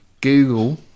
Google